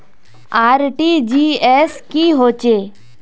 RTGS की होचए?